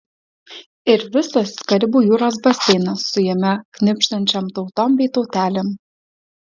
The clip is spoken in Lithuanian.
ir visas karibų jūros baseinas su jame knibždančiom tautom bei tautelėm